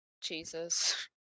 Jesus